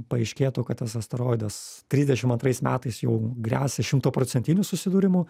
paaiškėtų kad tas asteroidas trisdešim antrais metais jau gresia šimtaprocentiniu susidūrimu